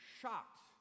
shocked